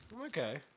Okay